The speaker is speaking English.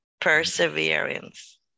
perseverance